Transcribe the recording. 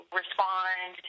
respond